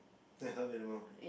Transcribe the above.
let's start with animal